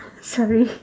sorry